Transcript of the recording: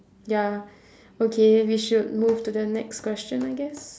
ya okay we should move to the next question I guess